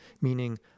meaning